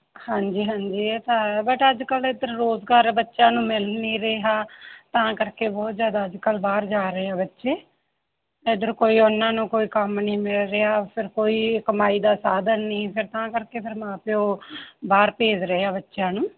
ਹਾਂਜੀ ਹਾਂਜੀ ਇਹ ਤਾਂ ਆ ਬਟ ਅੱਜ ਕੱਲ੍ਹ ਇੱਧਰ ਰੋਜ਼ਗਾਰ ਬੱਚਿਆਂ ਨੂੰ ਮਿਲ ਨਹੀਂ ਰਿਹਾ ਤਾਂ ਕਰਕੇ ਬਹੁਤ ਜ਼ਿਆਦਾ ਅੱਜ ਕੱਲ੍ਹ ਬਾਹਰ ਜਾ ਰਹੇ ਆ ਬੱਚੇ ਇੱਧਰ ਕੋਈ ਉਹਨਾਂ ਨੂੰ ਕੋਈ ਕੰਮ ਨਹੀਂ ਮਿਲ ਰਿਹਾ ਫਿਰ ਕੋਈ ਕਮਾਈ ਦਾ ਸਾਧਨ ਨਹੀਂ ਫਿਰ ਤਾਂ ਕਰਕੇ ਫਿਰ ਮਾਂ ਪਿਓ ਬਾਹਰ ਭੇਜ ਰਹੇ ਆ ਬੱਚਿਆਂ ਨੂੰ